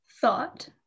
thought